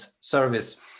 service